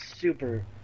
super